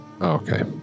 Okay